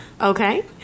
okay